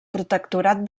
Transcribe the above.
protectorat